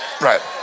Right